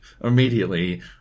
immediately